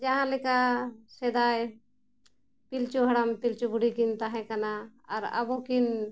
ᱡᱟᱦᱟᱸ ᱞᱮᱠᱟ ᱥᱮᱫᱟᱭ ᱯᱤᱞᱪᱩ ᱦᱟᱲᱟᱢ ᱯᱤᱞᱪᱩ ᱵᱩᱲᱦᱤ ᱠᱤᱱ ᱛᱟᱦᱮᱸ ᱠᱟᱱᱟ ᱟᱨ ᱟᱵᱚ ᱠᱤᱱ